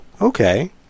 Okay